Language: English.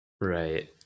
right